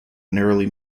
narrowly